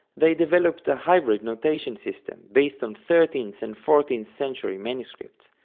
they developed a hybrid notation system based on thirteenth and fourteenth century manuscripts,